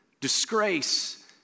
disgrace